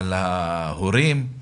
על ההורים,